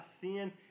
sin